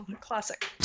Classic